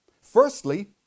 Firstly